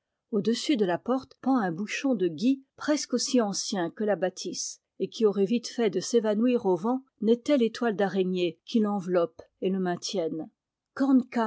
au-dessus de la porte pend un bouchon de gui presque aussi ancien que la bâtisse et qui aurait vite fait de s'évanouir au vent n'étaient les toiles d'araignée qui l'enveloppent et le maintiennent